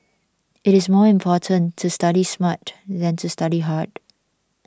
it is more important to study smart than to study hard